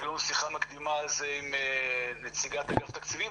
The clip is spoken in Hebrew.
הייתה לנו שיחה מקדימה על זה עם נציגת אגף תקציבים,